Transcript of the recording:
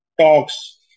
talks